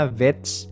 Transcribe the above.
vets